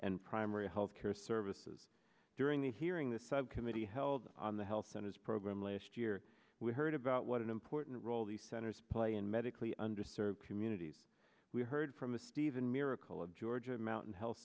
and primary health care services during the hearing the subcommittee held on the health centers program last year we heard about what an important role the centers play in medically underserved communities we heard from a steven miracle of georgia mountain health